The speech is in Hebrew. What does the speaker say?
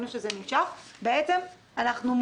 כללית --- אבל ההחלטה מגיעה היום.